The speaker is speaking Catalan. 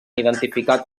identificat